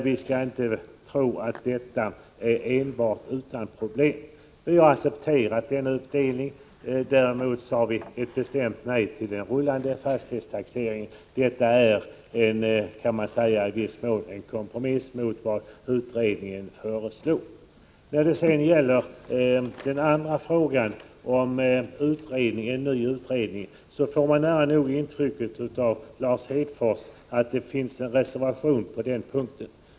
Vi skall inte tro att förslaget är helt utan problem. Vi har accepterat denna uppdelning, däremot sade vi ett bestämt nej till den rullande fastighetstaxeringen. Detta kan man säga är en kompromiss till det utredningen föreslog. När det sedan gäller den andra frågan, om en ny utredning, får man nära nogintrycket av Lars Hedfors att det finns en reservation på den punkten.